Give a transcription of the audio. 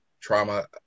trauma